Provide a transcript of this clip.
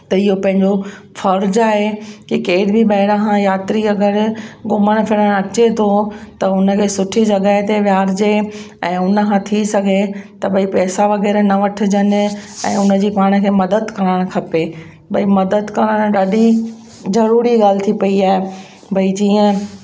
त इहो पंहिंजो फ़र्ज़ु आहे की केर बि ॿाहिरां खां यात्री अगरि घुमणु फिरणु अचे थो त उन खे सुठी जॻहि ते विहारजे ऐं उन खां थी सघे त भई पैसा वग़ैरह न वठिजनि ऐं उन जी पाण खे मदद करणु खपे भई मदद करणु ॾाढी ज़रूरी ॻाल्हि थी पई आहे भई जीअं